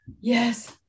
yes